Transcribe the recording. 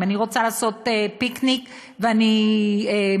אם אני רוצה לעשות פיקניק ואני מקימה